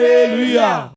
Hallelujah